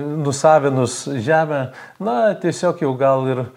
nusavinus žemę na tiesiog jau gal ir